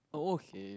oh okay